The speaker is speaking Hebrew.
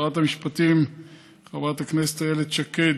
שרת המשפטים חברת הכנסת איילת שקד,